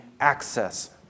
access